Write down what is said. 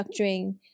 structuring